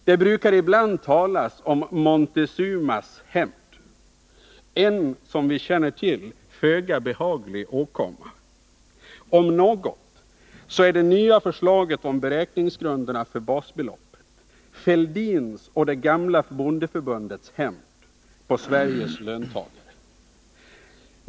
Det brukar ibland talas om Montezumas hämnd - en, som vi känner till, föga behaglig åkomma. Om något är det nya förslaget om beräkningsgrunderna för basbeloppet Thorbjörn Fälldins och det gamla bondeförbundets hämnd på Sveriges löntagare.